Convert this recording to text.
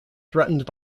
threatened